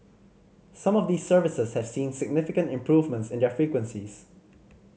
some of these services have seen significant improvements in their frequencies